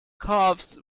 corps